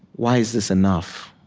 why is this enough?